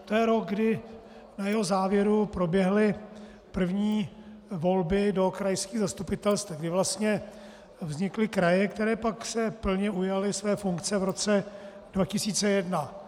To je rok, kdy na jeho závěru proběhly první volby do krajských zastupitelstev, kdy vlastně vznikly kraje, které pak se plně ujaly své funkce v roce 2001.